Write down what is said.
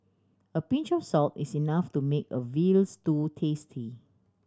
a pinch of salt is enough to make a veal stew tasty